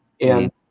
And-